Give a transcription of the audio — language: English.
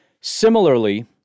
Similarly